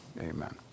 amen